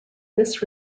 this